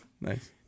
Nice